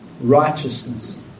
righteousness